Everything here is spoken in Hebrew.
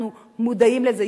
אנחנו מודעים לזה.